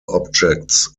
objects